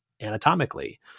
anatomically